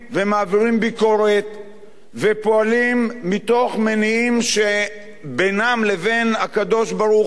ביקורת ופועלים מתוך מניעים שבינם לבין הקדוש-ברוך-הוא,